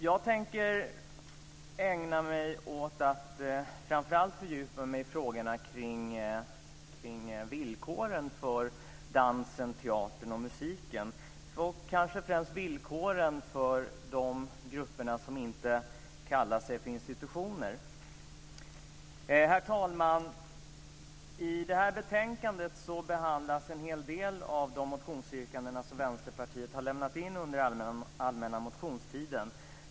Jag tänker ägna mig framför allt åt att fördjupa mig i frågorna kring villkoren för dansen, teatern och musiken och kanske främst villkoren för de grupper som inte kallar sig för institutioner. Herr talman! I detta betänkande behandlas en hel del av de motionsyrkanden som Vänsterpartiet har väckt under allmänna motionstiden.